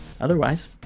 Otherwise